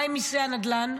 מה עם מיסי הנדל"ן?